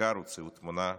העיקר הוציאו תמונה מחויכת.